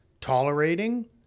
tolerating